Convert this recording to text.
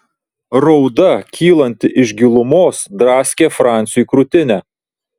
rauda kylanti iš gilumos draskė franciui krūtinę